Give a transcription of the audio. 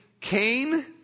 Cain